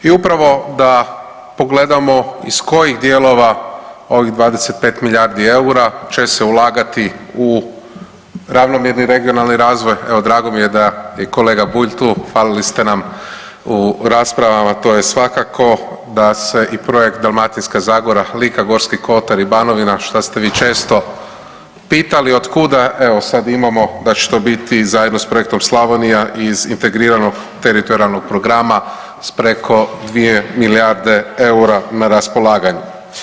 I upravo da pogledamo iz kojih dijelova ovih 25 milijardi eura će se ulagati u ravnomjerni regionalni razvoj, evo drago mi je da je i kolega Bulj tu, falili ste nam u raspravama, to je svakako da se i projekt Dalmatinska zagora, Lika, Gorski kotar i Banovina, šta ste vi često pitali otkuda, evo sad imamo da će to biti zajedno s projekta Slavonija iz integriranog teritorijalnog programa s preko 2 milijarde eura na raspolaganju.